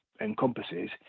encompasses